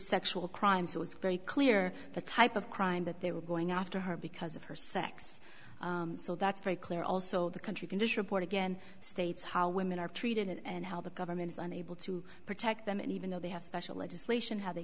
sexual crimes it was very clear the type of crime that they were going after her because of her sex so that's very clear also the country condition port again states how women are treated and how the government is unable to protect them and even though they have special legislation how they